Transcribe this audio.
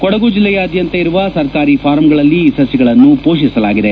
ಕೊಡಗು ಜಿಲ್ಲೆಯಾದ್ಯಂತ ಇರುವ ಸರ್ಕಾರಿ ಫಾರಂಗಳಲ್ಲಿ ಈ ಸಸಿಗಳನ್ನು ಪೋಷಿಸಲಾಗಿದೆ